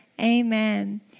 Amen